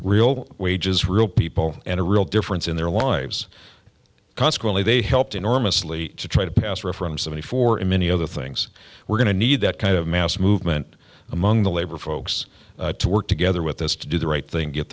real wages real people and a real difference in their lives consequently they helped enormously to try to pass reform so many for in many other things we're going to need that kind of mass movement among the labor folks to work together with this to do the right thing get